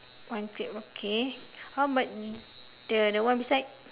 one clip okay how about the the one beside